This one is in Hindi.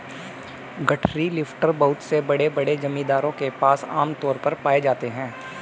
गठरी लिफ्टर बहुत से बड़े बड़े जमींदारों के पास आम तौर पर पाए जाते है